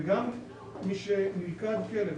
וגם משנלכד כלב,